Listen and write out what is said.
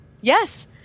Yes